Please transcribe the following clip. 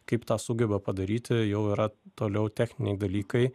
kaip tą sugeba padaryti jau yra toliau techniniai dalykai